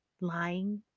lying